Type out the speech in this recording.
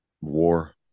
War